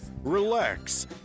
relax